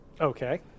Okay